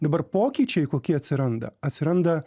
dabar pokyčiai kokie atsiranda atsiranda